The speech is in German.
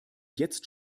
jetzt